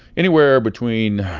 anywhere between